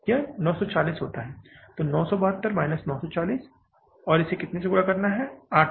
यह 940 है यह 972 माइनस 940 है और कितने से गुणा कर रहा है